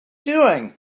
doing